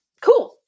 cool